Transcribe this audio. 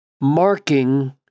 marking